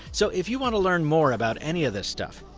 so, if you wanna learn more about any of this stuff,